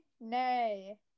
nay